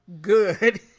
good